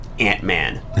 Ant-Man